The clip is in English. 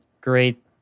Great